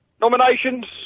Nominations